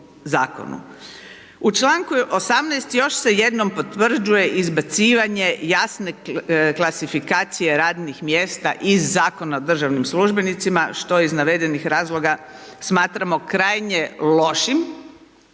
U članku 18. još se jednom potvrđuje izbacivanje jasne klasifikacije radnih mjesta iz Zakona o državnim službenicima, što iz navedenih razloga, smatramo krajnje lošim,